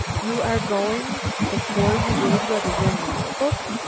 you are going before you read what is in the notebook?